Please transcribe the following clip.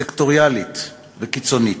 סקטוריאלית וקיצונית.